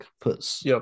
Puts